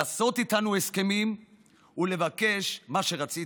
לעשות איתנו הסכמים ולבקש מה שרצית.